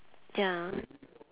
ya